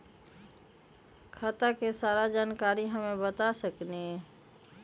खाता के सारा जानकारी हमे बता सकेनी?